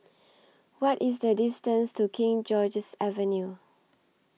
What IS The distance to King George's Avenue